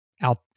Out